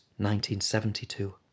1972